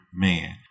man